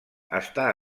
està